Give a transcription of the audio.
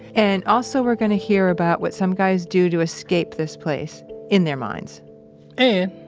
and, also, we're going to hear about what some guys do to escape this place in their minds and,